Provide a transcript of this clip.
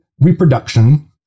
reproduction